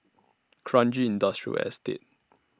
Kranji Industrial Estate